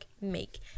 make